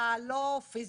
פיזית,